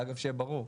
שיהיה ברור.